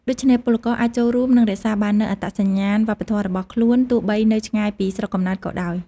ដូច្នេះពលករអាចចូលរួម និងរក្សាបាននូវអត្តសញ្ញាណវប្បធម៌របស់ខ្លួន ទោះបីនៅឆ្ងាយពីស្រុកកំណើតក៏ដោយ ។